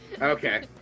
Okay